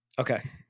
Okay